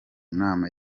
nama